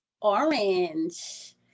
orange